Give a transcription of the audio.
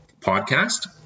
podcast